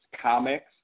Comics